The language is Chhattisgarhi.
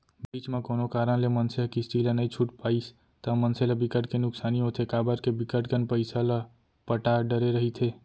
बीच म कोनो कारन ले मनसे ह किस्ती ला नइ छूट पाइस ता मनसे ल बिकट के नुकसानी होथे काबर के बिकट कन पइसा ल पटा डरे रहिथे